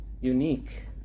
unique